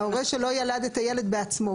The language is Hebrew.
ההורה שלא ילד את הילד בעצמו.